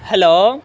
hello